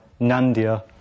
Nandia